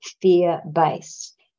fear-based